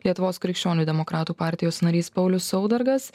lietuvos krikščionių demokratų partijos narys paulius saudargas